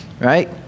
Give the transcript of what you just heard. right